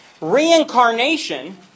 Reincarnation